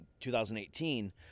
2018